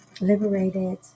liberated